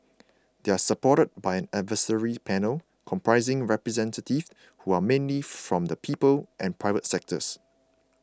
they are supported by an advisory panel comprising representatives who are mainly from the people and private sectors